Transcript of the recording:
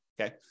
okay